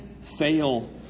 fail